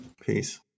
Peace